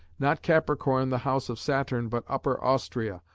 not capricorn the house of saturn but upper austria,